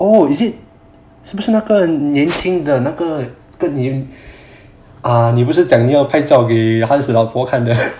oh is it 是不是那个年轻的那个跟你 ah 你不是讲你要拍照给孩子老婆看